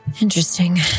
interesting